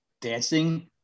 dancing